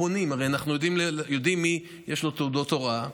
הרי אנחנו יודעים למי יש תעודות הוראה,